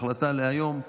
החלטה להיום,